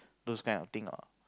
those kind of thing ah